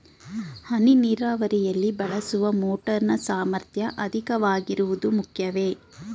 ಹನಿ ನೀರಾವರಿಯಲ್ಲಿ ಬಳಸುವ ಮೋಟಾರ್ ನ ಸಾಮರ್ಥ್ಯ ಅಧಿಕವಾಗಿರುವುದು ಮುಖ್ಯವೇ?